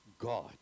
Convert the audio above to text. God